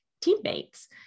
teammates